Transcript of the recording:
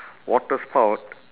water spout